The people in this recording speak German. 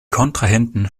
kontrahenten